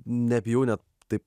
nebijau net taip